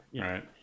Right